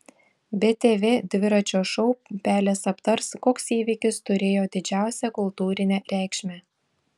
btv dviračio šou pelės aptars koks įvykis turėjo didžiausią kultūrinę reikšmę